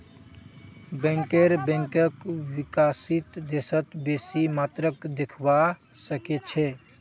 banker बैंकक विकसित देशत बेसी मात्रात देखवा सके छै